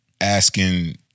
asking